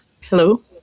Hello